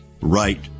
right